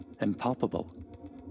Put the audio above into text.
impalpable